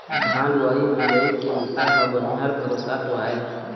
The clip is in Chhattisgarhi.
धान लुवई मिंजई के बूता ह बनिहार भरोसा तो आय